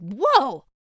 whoa